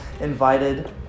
invited